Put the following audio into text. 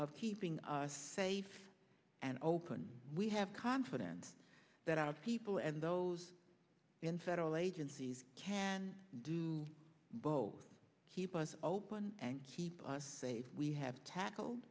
of keeping us safe and open we have confidence that our people and those in federal agencies can do both keep us open and keep us safe we have tackled